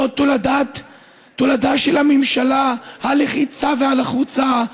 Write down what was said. זו תולדה של הממשלה הלחיצה והלחוצה,